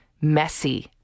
messy